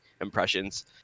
impressions